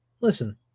Listen